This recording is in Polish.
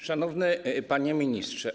Szanowny Panie Ministrze!